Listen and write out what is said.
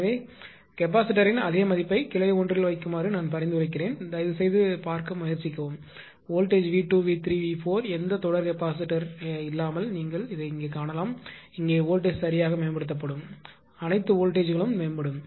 எனவே கெப்பாசிட்டர்யின் அதே மதிப்பை கிளை ஒன்றில் வைக்குமாறு நான் பரிந்துரைக்கிறேன் தயவுசெய்து பார்க்க முயற்சிக்கவும் வோல்டேஜ்V2 V3 V4 எந்த தொடர் கெப்பாசிட்டர் இல்லாமல் நீங்கள் இங்கே காணலாம் இங்கே வோல்டேஜ்சரியாக மேம்படுத்தப்படும் அனைத்து வோல்டேஜ் ங்களும் மேம்படும்